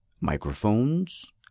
microphones